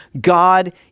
God